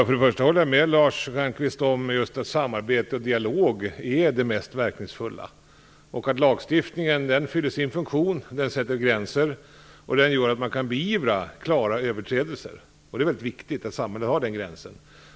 Fru talman! Jag håller med Lars Stjernkvist om att samarbete och dialog är det mest verkningsfulla. Lagstiftningen fyller sin funktion, den sätter gränser, och den gör att man kan beivra klara överträdelser. Det är väldigt viktigt att samhället har den gränsen.